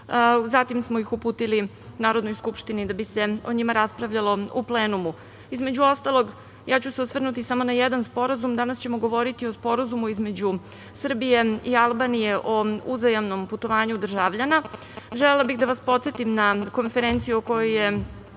Zatim smo ih uputili Narodnoj skupštini da bi se o njima raspravljalo u plenumu. Između ostalog, ja ću se osvrnuti samo na jedan sporazum. Danas ćemo govoriti o Sporazumu između Srbije i Albanije o uzajamnom putovanju državljana. Želela bih da vas podsetim na konferenciju o kojoj je